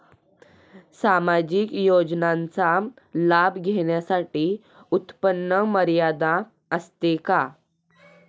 सामाजिक योजनांचा लाभ घेण्यासाठी उत्पन्न मर्यादा असते का?